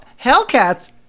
Hellcats